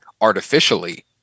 artificially